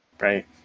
Right